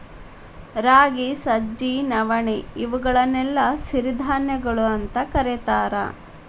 ರಾಗಿ, ಸಜ್ಜಿ, ನವಣಿ, ಇವುಗಳನ್ನೆಲ್ಲ ಸಿರಿಧಾನ್ಯಗಳು ಅಂತ ಕರೇತಾರ